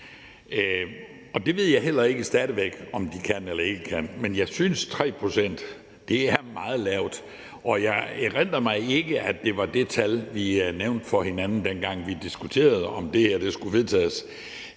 Det ved jeg stadig væk ikke om de kan eller ikke kan, men jeg synes, at 3 pct. er meget lavt, og jeg erindrer ikke, at det var det tal, vi nævnte for hinanden, dengang vi diskuterede, om det her skulle vedtages;